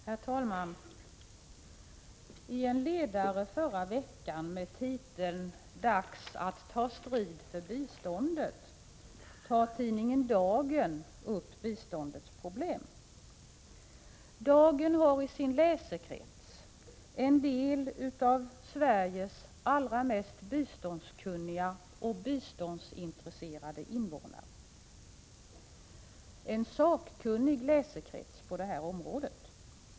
Herr talman! I en ledare förra veckan med titeln ”Dags ta strid för biståndet” tog tidningen Dagen upp biståndets problem. Dagen har i sin läsekrets en del av Sveriges allra mest biståndskunniga och biståndsintresserade invånare, en sakkunnig läsekrets på det här området.